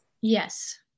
Yes